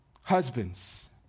Husbands